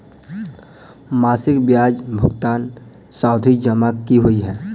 मासिक ब्याज भुगतान सावधि जमा की होइ है?